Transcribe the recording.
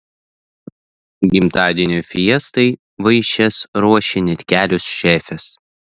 gimtadienio fiestai vaišes ruošė net kelios šefės